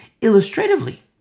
illustratively